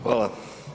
Hvala.